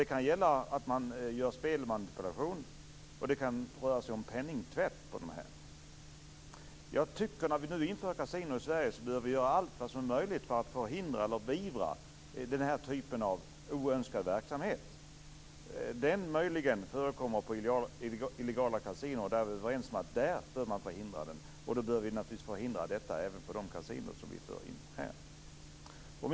Det kan gälla spelmanipulation och penningtvätt. När vi nu skall införa kasinon i Sverige bör vi göra allt för att beivra den typen av oönskad verksamhet. Vi är överens om att man bör förhindra oegentligheter på illegala kasinon, och då bör man naturligtvis också förhindra detta på legala kasinon.